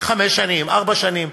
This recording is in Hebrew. חמש שנים, ארבע שנים.